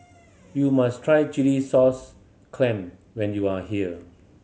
you must try chilli sauce clam when you are here